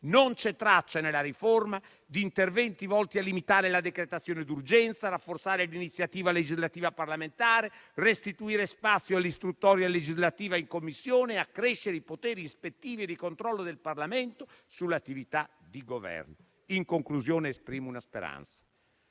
Non c'è traccia nella riforma di interventi volti a limitare la decretazione d'urgenza, rafforzare l'iniziativa legislativa parlamentare, restituire spazio all'istruttoria legislativa in Commissione, accrescere i poteri ispettivi e di controllo del Parlamento sull'attività di Governo. In conclusione, esprimo una speranza,